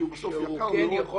כי הוא בסוף יקר מאוד --- הוא כן יכול